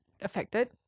affected